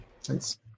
Thanks